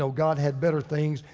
so god had better things.